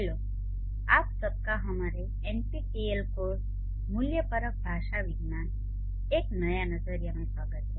hello आप सबका हमारे एनपीटेल कोर्स मूल्यपरक भाषा विज्ञान एक नया नज़रिया में स्वागत है